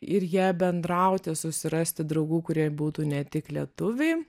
ir ja bendrauti susirasti draugų kurie būtų ne tik lietuviai